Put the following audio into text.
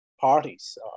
parties